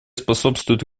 способствуют